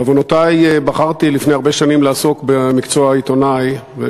בעוונותי בחרתי לפני הרבה שנים לעסוק במקצוע העיתונאות,